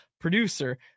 producer